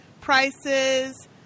prices